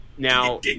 now